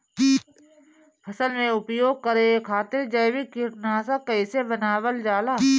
फसल में उपयोग करे खातिर जैविक कीटनाशक कइसे बनावल जाला?